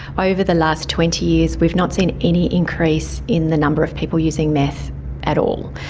ah over the last twenty years we've not seen any increase in the number of people using meth at all.